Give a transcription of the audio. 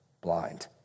blind